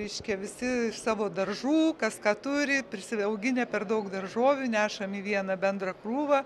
reiškia visi iš savo daržų kas ką turi prisiauginę per daug daržovių nešam į vieną bendrą krūvą